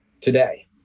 today